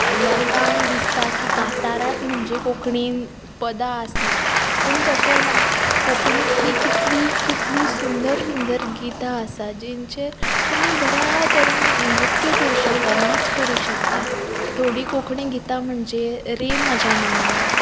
लोकांक दिसता की कांतारांच म्हणजे कोंकणींत पदां आसां पूण तशें ना कोंकणींतलीं कितलीं कितलीं सुंदर सुंदर गितां आसा जिचेर तुमी बऱ्या तरेन नृत्य करूंक शकतात नाच करूंक शकतात थोडीं कोंकणी गितां म्हणजे रे म्हज्या मना